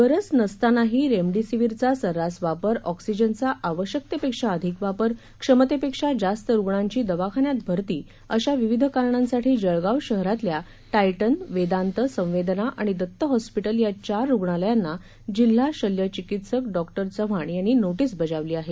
गरज नसतानाही रेमडीसीव्हीरचा सर्रास वापर ऑक्सिजनचा आवश्यकतेपेक्षा अधिक वापर क्षमतेपेक्षा जास्त रुग्णांची दवाखान्यात भरती अशा विविध कारणांसाठी जळगाव शहरातल्या टायटन वेदांत संवेदना आणि दत्त हॉस्पिटल या चार रुग्णालयांना जिल्हा शल्य चिकित्सक डॉक्टर चव्हाण यांनी नोटीस बजावली आहे